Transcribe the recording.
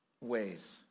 ways